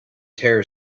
terror